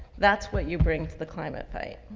that's what you bring to the climate pipe.